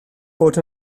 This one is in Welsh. fod